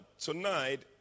tonight